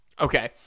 okay